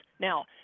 now